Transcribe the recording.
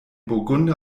burgunder